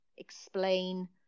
explain